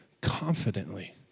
confidently